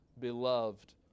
beloved